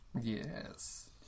Yes